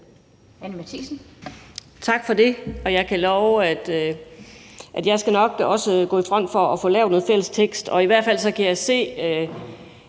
Anni Matthiesen (V): Tak for det. Jeg kan love, at jeg nok også skal gå i front i forhold til at få lavet noget fælles tekst. I hvert fald kan jeg se,